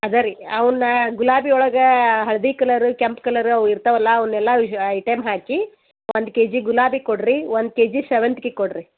ಇದೆ ರೀ ಅವನ್ನ ಗುಲಾಬಿ ಒಳಗೆ ಹಳದಿ ಕಲರು ಕೆಂಪು ಕಲರು ಅವು ಇರ್ತಾವಲ್ಲ ಅವನ್ನೆಲ್ಲ ಐಟೆಮ್ ಹಾಕಿ ಒಂದು ಕೆ ಜಿ ಗುಲಾಬಿ ಕೊಡಿರಿ ಒಂದು ಕೆ ಜಿ ಸೇವಂತ್ಗೆ ಕೊಡಿರಿ